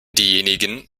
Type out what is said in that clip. diejenigen